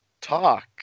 Talk